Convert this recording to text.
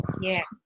Yes